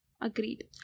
Agreed